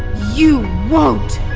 you won't